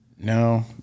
No